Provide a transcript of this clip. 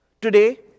Today